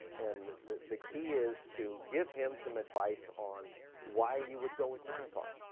and the the key is to give him some advice on why you would go with marathon.